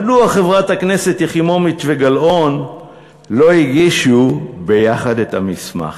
מדוע חברות הכנסת יחימוביץ וגלאון לא הגישו ביחד את המסמך?